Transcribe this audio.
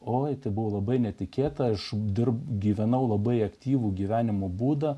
o tai buvo labai netikėta aš dirbau gyvenau labai aktyvų gyvenimo būdą